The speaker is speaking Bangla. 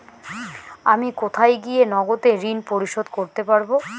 আমি কোথায় গিয়ে নগদে ঋন পরিশোধ করতে পারবো?